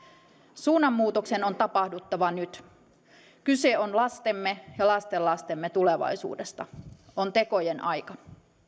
suunnanmuutoksen on tapahduttava nyt kyse on lastemme ja lastenlastemme tulevaisuudesta on tekojen aika